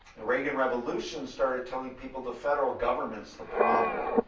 the reagan revolution started telling people the federal government's the problem.